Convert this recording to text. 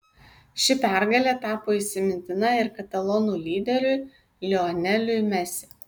ši pergalė tapo įsimintina ir katalonų lyderiui lioneliui messi